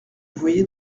voyait